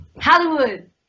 Hollywood